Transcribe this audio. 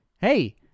Hey